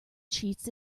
cheats